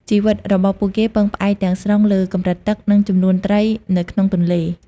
ជីវិតរបស់ពួកគេពឹងផ្អែកទាំងស្រុងលើ កម្រិតទឹក និងចំនួនត្រីនៅក្នុងទន្លេ។